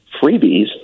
freebies